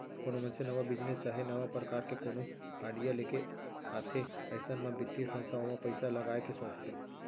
कोनो मनसे नवा बिजनेस चाहे नवा परकार के कोनो आडिया लेके आथे अइसन म बित्तीय संस्था ओमा पइसा लगाय के सोचथे